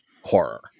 horror